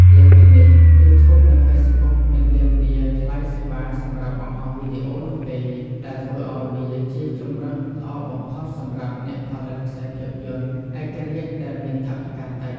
លើសពីនេះ យូធូបនិងហ្វេសប៊ុកមិនទាមទារថ្លៃសេវាសម្រាប់បង្ហោះវីដេអូនោះទេ ដែលធ្វើឲ្យវាជាជម្រើសល្អបំផុតសម្រាប់អ្នកផលិតខ្សែភាពយន្តឯករាជ្យដែលមានថវិកាតិច។